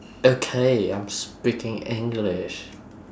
okay I'm speaking english